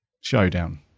showdown